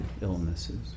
illnesses